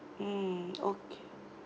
mm okay